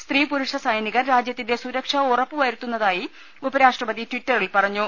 സ്ത്രീ പുരുഷ സൈനികർ രാജ്യത്തിന്റെ സുരക്ഷ ഉറപ്പു വരുത്തുന്നതായി ഉപരാഷ്ട്രപതി ട്വിറ്ററിൽ പറഞ്ഞു